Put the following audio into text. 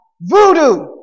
Voodoo